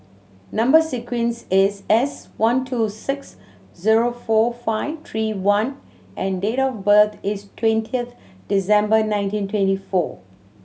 number sequence is S one two six zero four five three I and date of birth is twentieth December nineteen twenty four